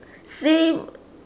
same